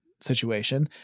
situation